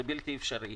זה בלתי אפשרי.